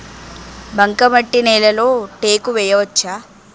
బంకమట్టి నేలలో టేకు వేయవచ్చా?